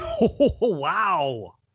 wow